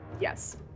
Yes